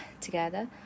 together